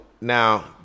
now